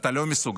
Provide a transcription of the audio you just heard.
אתה לא מסוגל.